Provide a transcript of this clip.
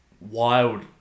wild